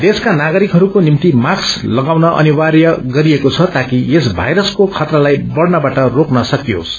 देशका नागरिकहरूको निम्ति मास्क लगाउन अनिवार्य गरिएको छ जाकि यस भाइरसको खतरालाई बढ़नबाट रोक्न सकियोस्